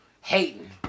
hating